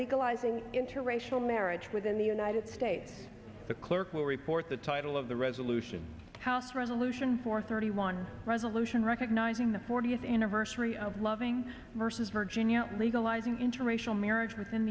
legalizing interracial marriage within the united states the clerk will report the title of the resolution house resolution four thirty one resolution recognizing the fortieth anniversary of loving versus virginia legalizing interracial marriage within